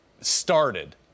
started